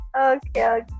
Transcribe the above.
Okay